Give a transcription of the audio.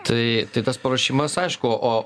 tai tai tas paruošimas aišku o